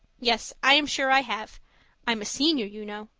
yes, i am sure i have i'm a senior, you know.